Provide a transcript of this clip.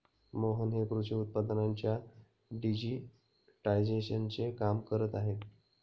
मोहित हे कृषी उत्पादनांच्या डिजिटायझेशनचे काम करत आहेत